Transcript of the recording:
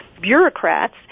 bureaucrats